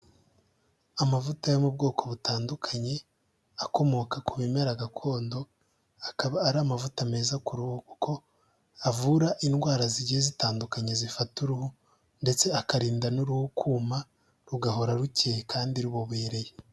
Amavuta yo mu bwoko butandukanye akomoka ku bimera gakondo, akaba ari amavuta meza ku ruhu, kuko avura indwara zigiye zitandukanye zifata uruhu, ndetse akarinda n'uruhu kuma, rugahora rukeye kandi rubobereye.